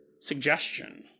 suggestion